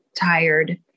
tired